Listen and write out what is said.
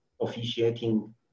officiating